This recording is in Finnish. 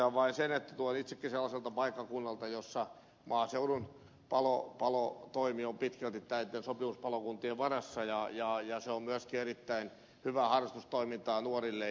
totean vain sen että tulen itsekin sellaiselta paikkakunnalta jossa maaseudun palotoimi on pitkälti näitten sopimuspalokuntien varassa ja myöskin erittäin hyvää harrastustoimintaa nuorille